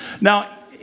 Now